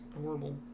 horrible